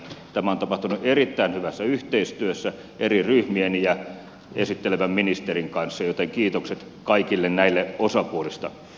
tämä on tapahtunut erittäin hyvässä yhteistyössä eri ryhmien ja esittelevän ministerin kanssa joten kiitokset kaikille näille osapuolille